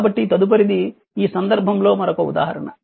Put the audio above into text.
కాబట్టి తదుపరిది ఈ సందర్భంలో మరొక ఉదాహరణ